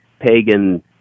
pagan